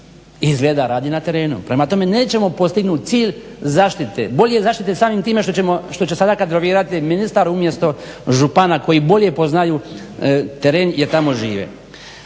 izgleda radi na terenu. Prema tome nećemo postignut cilj zaštite, bolje zaštite samim time što će sada kadrovirati ministar umjesto župana koji bolje poznaju teren jer tamo žive.